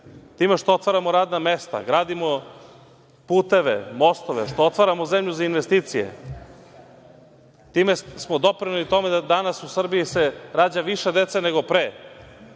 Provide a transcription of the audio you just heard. time što otvaramo radna mesta, gradimo puteve, mostove, što otvaramo zemlju za investicije, time smo doprineli tome da danas u Srbiji se rađa više dece nego pre,